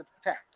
attack